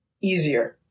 easier